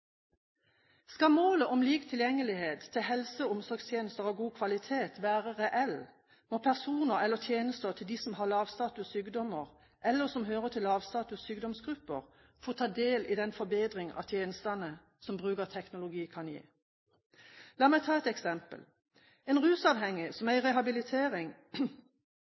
Skal målet om lik tilgjengelighet til helse- og omsorgstjenester av god kvalitet være reell, må personer eller tjenester til dem som har lavstatus sykdommer, eller som hører til lavstatus sykdomsgrupper, få ta del i den forbedring av tjenestene som bruk av teknologi kan gi. La meg ta et eksempel: En rusavhengig som er i rehabilitering,